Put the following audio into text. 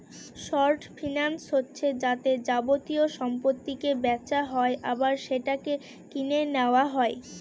short finance হচ্ছে যাতে যাবতীয় সম্পত্তিকে বেচা হয় আবার সেটাকে কিনে নেওয়া হয়